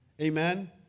amen